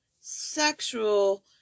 sexual